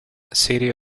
city